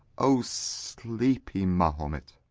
o sleepy mahomet!